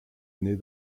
naît